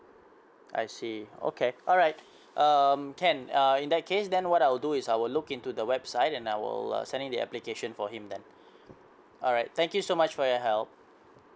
I see okay alright um can uh in that case then what I'll do is I will look into the website and I will uh send in the application for him then alright thank you so much for your help